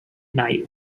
night